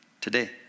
today